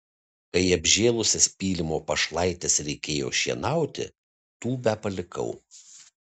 kai apžėlusias pylimo pašlaites reikėjo šienauti tūbę palikau